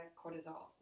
cortisol